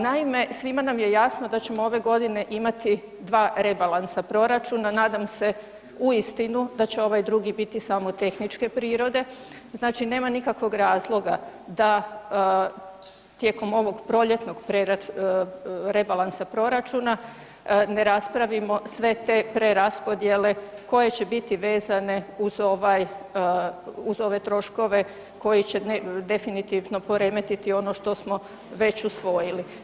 Naime, svima nam je jasno da ćemo ove godine imati dva rebalansa proračuna, nadam se uistinu da će ovaj drugi biti samo tehničke prirode, znači nema nikakvog razloga da tijekom ovog proljetnog rebalansa proračuna ne raspravimo sve te preraspodjele koje će biti vezane uz ove troškove koji će definitivno poremetiti ono što smo već usvojili.